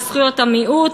לזכויות המיעוט,